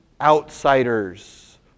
outsiders